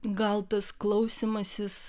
gal tas klausymasis